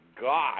God